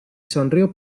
sonrió